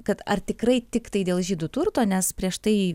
kad ar tikrai tiktai dėl žydų turto nes prieš tai